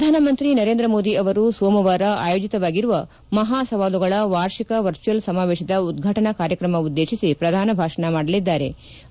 ಪ್ರಧಾನಮಂತ್ರಿ ನರೇಂದ್ರ ಮೋದಿ ಅವರು ಸೋಮವಾರ ಆಯೋಜಿತವಾಗಿರುವ ಮಹಾ ಸವಾಲುಗಳ ವಾರ್ಷಿಕ ವರ್ಚುಯಲ್ ಸಮಾವೇಶದ ಉದ್ವಾಟನಾ ಕಾರ್ಯಕ್ರಮ ಉದ್ಲೇಶಿಸಿ ಪ್ರದಾನ ಭಾಷಣ ಮಾಡಲಿದ್ಲಾರೆ